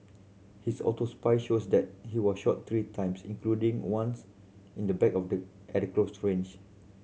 his autopsy shows that he was shot three times including once in the back of the at close range